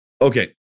Okay